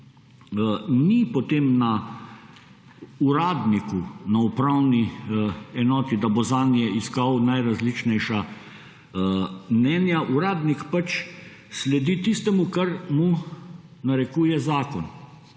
ni potem na uradniku, na upravni enoti, da bo zanje iskal najrazličnejša mnenja. Uradnik pač sledi tistemu, kar mu narekuje zakon.